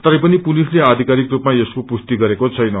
तरैपनि पुसिले आधिकारिक रूपमा यसको पुष्टि गरेको छैन